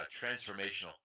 transformational